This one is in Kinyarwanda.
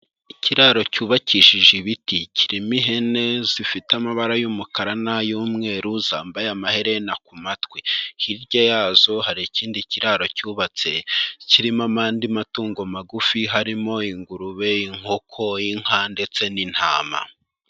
Ikiraro cyubakishije ibiti, kirimo ihene zifite amabara y'umukara n'ay'umweru zambaye amaherena ku matwi. Hirya yazo hari ikindi kiraro cyubatse, kirimo andi matungo magufi harimo ingurube, inkoko, inka ndetse n'intama.